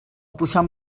puixant